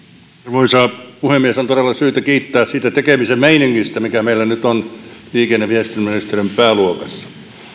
arvoisa puhemies on todella syytä kiittää siitä tekemisen meiningistä mikä meillä nyt on liikenne ja viestintäministeriön pääluokassa